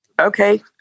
Okay